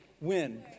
win